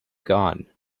gone